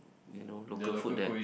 you know local food there